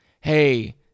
hey